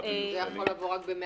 זה יכול לבוא רק ב-135.